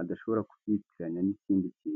adashobora kubyitiranya n'ikindi kintu.